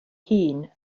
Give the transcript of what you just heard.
hun